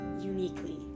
uniquely